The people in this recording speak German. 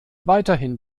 weiterhin